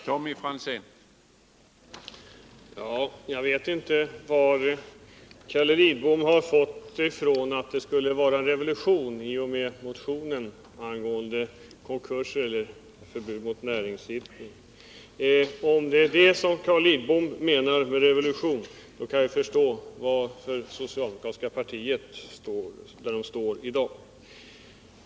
Herr talman! Jag vet inte var Carl Lidbom har fått detta ifrån, att det skulle vara revolution i och med att vi väckt motionen angående konkurser eller förbud mot näringsutövning. Om det är detta Carl Lidbom menar med revolution, då kan jag förstå varför det socialdemokratiska partiet står där det står i dag.